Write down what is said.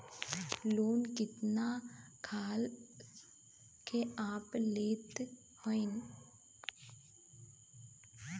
Loan कितना खाल के आप लेत हईन?